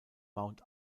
mount